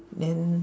then